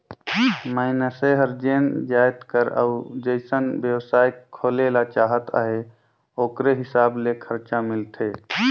मइनसे हर जेन जाएत कर अउ जइसन बेवसाय खोले ले चाहत अहे ओकरे हिसाब ले खरचा मिलथे